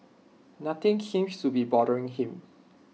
something seems to be bothering him